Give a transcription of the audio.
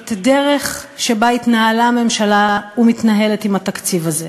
את הדרך שבה התנהלה ומתנהלת הממשלה עם התקציב הזה,